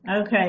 Okay